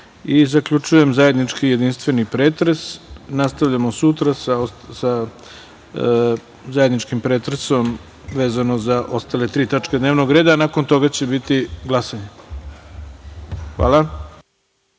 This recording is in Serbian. i zaključujem zajednički jedinstveni pretres. Nastavljamo sutra sa zajedničkim pretresom vezano za ostale tri tačke dnevnog reda. Nakon toga će biti glasanje.